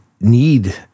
need